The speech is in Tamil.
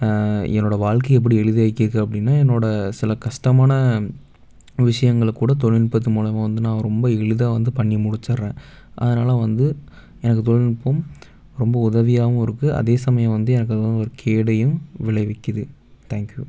என்னோடய வாழ்க்கை எப்படி எளிதாக்கிருக்குது அப்படின்னா என்னோடய சில கஷ்டமான விஷயங்களை கூட தொழில்நுட்பத்து மூலயமா வந்து நான் ரொம்ப எளிதாக வந்து பண்ணி முடிச்சிடறேன் அதனால் வந்து எனக்கு தொழில்நுட்பம் ரொம்ப உதவியாகவும் இருக்குது அதே சமயம் வந்து எனக்கு கேடையும் விளைவிக்கிது தேங்க்யூ